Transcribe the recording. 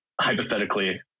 hypothetically